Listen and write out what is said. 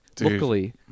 luckily